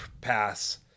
pass